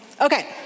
Okay